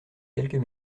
quelques